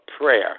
prayer